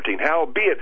Howbeit